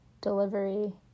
delivery